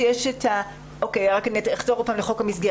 יש לנוסע 38